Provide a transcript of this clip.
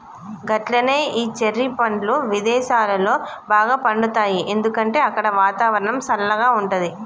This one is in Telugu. గట్లనే ఈ చెర్రి పండ్లు విదేసాలలో బాగా పండుతాయి ఎందుకంటే అక్కడ వాతావరణం సల్లగా ఉంటది